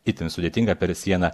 itin sudėtinga per sieną